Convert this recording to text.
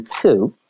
two